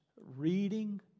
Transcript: reading